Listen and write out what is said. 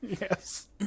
Yes